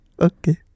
Okay